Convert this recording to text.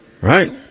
Right